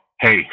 hey